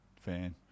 fan